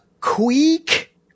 Queek